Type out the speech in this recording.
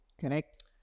Correct